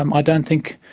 um i don't think,